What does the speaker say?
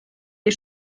les